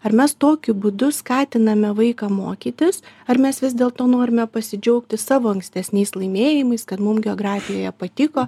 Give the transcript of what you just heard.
ar mes tokiu būdu skatiname vaiką mokytis ar mes vis dėlto norime pasidžiaugti savo ankstesniais laimėjimais kad mum geografijoje patiko